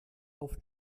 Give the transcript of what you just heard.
auf